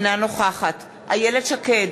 אינה נוכחת איילת שקד,